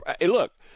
look